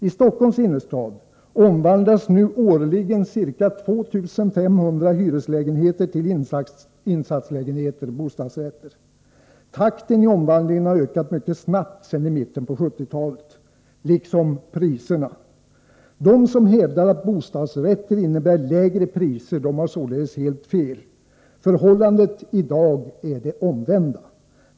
I Stockholms innerstad omvandlas nu årligen ca 2500 hyreslägenheter till insatslägenheter eller bostadsrätter. Takten i omvandlingen har ökat mycket snabbt sedan mitten på 1970-talet — liksom priserna. De som hävdar att fler bostadsrätter innebär lägre pris har således helt fel. Förhållandet är i dag det omvända.